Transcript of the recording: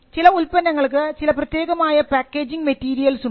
ചില ഉൽപ്പന്നങ്ങൾക്ക് ചില പ്രത്യേകമായ പാക്കേജിങ് മെറ്റീരിയൽസ് ഉണ്ട്